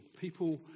People